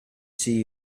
see